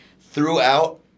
throughout